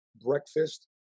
breakfast